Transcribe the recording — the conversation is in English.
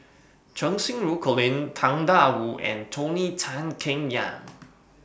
Cheng Xinru Colin Tang DA Wu and Tony Tan Keng Yam